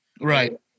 Right